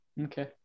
Okay